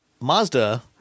Mazda